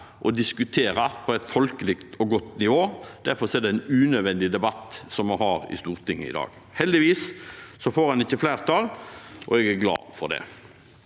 og diskutere på et folkelig og godt nivå. Derfor er det en unødvendig debatt vi har i Stortinget i dag. Heldigvis får man ikke flertall, og jeg er glad for det.